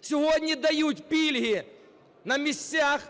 Сьогодні дають пільги на місцях